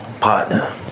partner